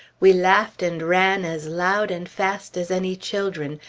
we laughed and ran as loud and fast as any children,